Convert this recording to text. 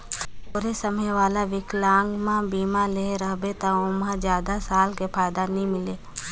थोरहें समय वाला विकलांगमा बीमा लेहे रहबे त ओमहा जादा साल ले फायदा नई मिले